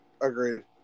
Agreed